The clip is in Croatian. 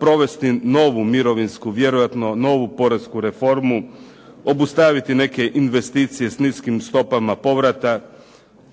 provesti novu mirovinsku, vjerojatno novu poresku reformu, obustaviti neke investicije s niskim stopama povrata,